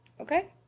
okay